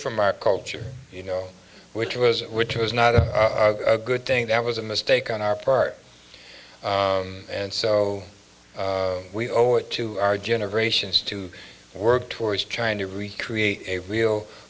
from our culture you know which was which was not a good thing that was a mistake on our part and so we owe it to our generations to work towards trying to reach create a real